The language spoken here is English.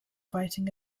fighting